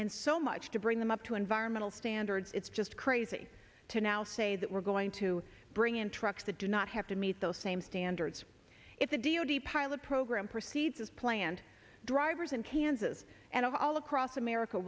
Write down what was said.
and so much to bring them up to environmental standards it's just crazy to now say that we're going to bring in trucks to do not have to meet those same standards it's a d o t pilot program proceeds as planned drivers in kansas and all across america